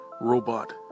Robot